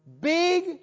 Big